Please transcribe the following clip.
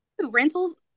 rentals